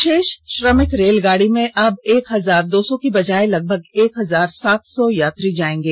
विशेष श्रमिक रेलगाड़ी में अब एक हजार दो सौ की बजाय लगभग एक हजार सात सौ यात्री जाएंगे